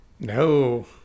No